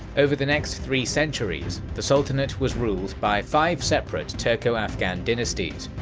over the next three centuries, the sultanate was ruled by five separate turko-afghan dynasties,